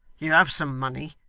you have some money.